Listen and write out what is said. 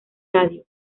radio